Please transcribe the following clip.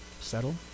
settle